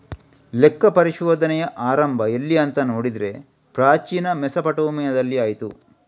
ಲೆಕ್ಕ ಪರಿಶೋಧನೆಯ ಆರಂಭ ಎಲ್ಲಿ ಅಂತ ನೋಡಿದ್ರೆ ಪ್ರಾಚೀನ ಮೆಸೊಪಟ್ಯಾಮಿಯಾದಲ್ಲಿ ಆಯ್ತು